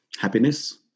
Happiness